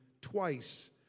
twice